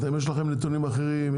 יש לכם נתונים אחרים,